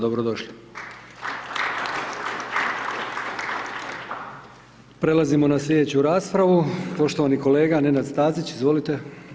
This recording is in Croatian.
Dobrodošli. Prelazimo na sljedeću raspravu, poštovani kolega Nenad Stazić, izvolite.